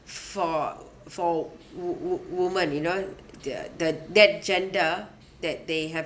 for for wo~ wo~ women you know the the that gender that they have